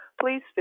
please